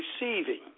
receiving